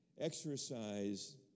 exercise